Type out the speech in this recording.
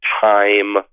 time